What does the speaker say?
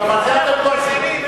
יותר אנושיים.